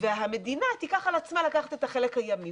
והמדינה תיקח על עצמה לקחת את החלק הימי.